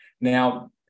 Now